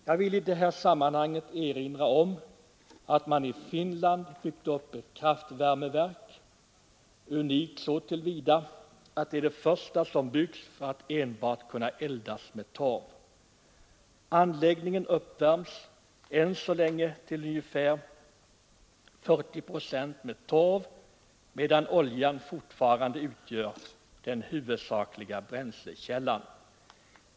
Jag vill i det här sammanhanget erinra om att man i Finland byggt upp ett kraftvärmeverk, unikt så till vida att det är det första som byggts för att enbart eldas med torv. Anläggningen uppvärms än så länge till 44 procent med torv, medan olja fortfarande utgör den huvudsakliga bränslekällan.